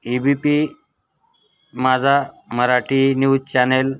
A B P Majha Marathi news channel